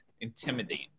intimidate